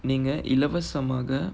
நீங்க இலவசமாக:neenga ilavasamaaga